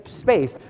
space